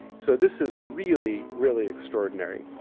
so, this is really, really extraordinary.